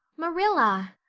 marilla!